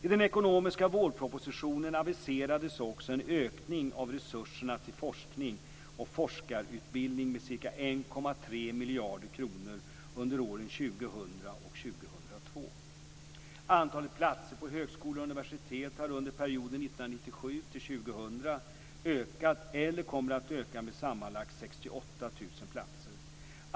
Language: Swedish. I den ekonomiska vårpropositionen aviserades också en ökning av resurserna till forskning och forskarutbildning med ca 1,3 miljarder kronor under åren Antalet platser på högskolor och universitet har under perioden 1997-2000 ökat eller kommer att öka med sammanlagt 68 000 platser.